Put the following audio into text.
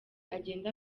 agenda